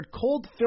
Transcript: cold